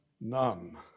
none